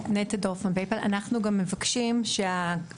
נטע דורפמן פייפיל אנחנו גם מבקשים שההוראות,